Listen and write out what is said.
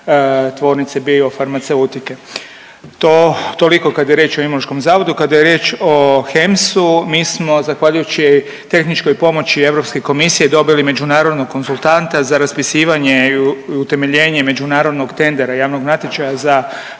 tvornice biofarmaceutike. To toliko kada je riječ o Imunološkom zavodu. Kada je riječ o HEMS-u mi smo zahvaljujući tehničkoj pomoći Europske komisije dobili međunarodnog konzultanta za raspisivanje i utemeljenje međunarodnog tendera, javnog natječaja za